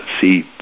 see